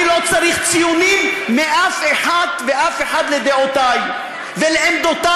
אני לא צריך ציונים מאף אחת ואף אחד לדעותי ולעמדותי,